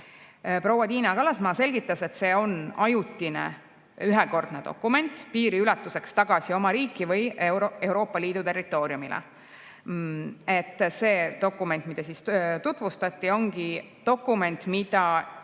Proua Tiina Kallasmaa selgitas, et see on ajutine ühekordne dokument piiriületuseks tagasi oma riiki või Euroopa Liidu territooriumile. See dokument, mida tutvustati, ongi dokument, mida